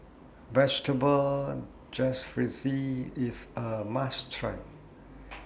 Vegetable IS A must Try